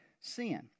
sin